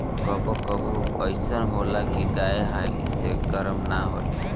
कबो कबो अइसन होला की गाय हाली से गरम ना होले